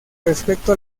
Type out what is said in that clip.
respecto